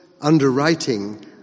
underwriting